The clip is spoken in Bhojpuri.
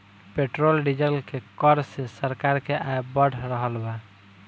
पेट्रोल डीजल के कर से सरकार के आय बढ़ रहल बा